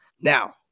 now